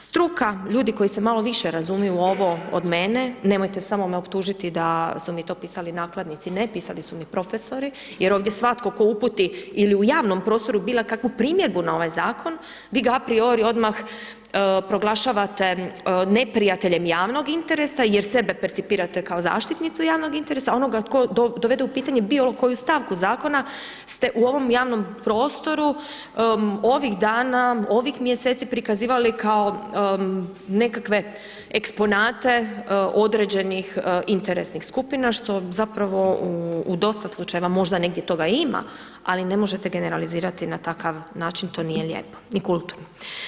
Struka, ljudi koji se malo više razumiju u ovo od mene, nemojte samo me optužiti da su mi to pisali nakladnici, ne pisali su mi profesori jer ovdje svatko tko uputi ili u javnom prostoru bilo kakvu primjedbu na ovaj Zakon, vi ga a priori odmah proglašavate neprijateljem javnog interesa jer sebe percipirate kao zaštitnicu javnog interesa, onoga tko dovede u pitanje bilo koju stavku Zakona ste u ovom javnom prostoru ovih dana, ovih mjeseci, prikazivali kao nekakve eksponate određenih interesnih skupina, što zapravo, u dosta slučajeva, možda negdje toga ima, ali ne možete generalizirati na takav način, to nije lijepo, ni kulturno.